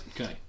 Okay